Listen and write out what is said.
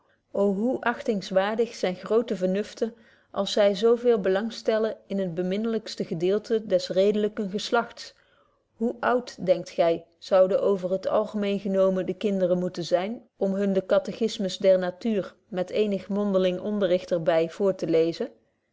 hoe achtingswaardig zyn groote vernuften als zy zo veel belang stellen in het beminlykste gedeelte des redelyken geslagts hoe oudt denkt gy zouden over het algemeen genomen de kinderen moeten zyn om hun de katechismus der natuur met eenig mondeling onderricht er by voor te lezen